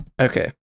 Okay